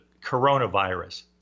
coronavirus